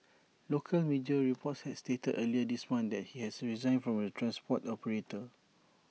local media reports had stated earlier this month that he had resigned from the transport operator